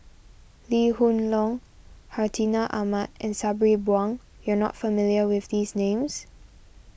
Lee Hoon Leong Hartinah Ahmad and Sabri Buang you are not familiar with these names